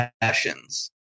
passions